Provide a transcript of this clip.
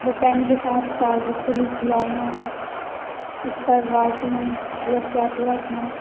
वह पेन के साथ चार रिफिल भी आई हैं उस पर राइटिंग भी अच्छी आती है उसमें